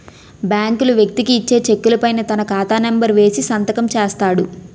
బ్యాంకులు వ్యక్తికి ఇచ్చే చెక్కుల పైన తన ఖాతా నెంబర్ వేసి సంతకం చేస్తాడు